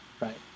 right